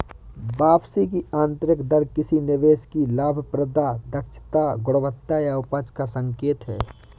वापसी की आंतरिक दर किसी निवेश की लाभप्रदता, दक्षता, गुणवत्ता या उपज का संकेत है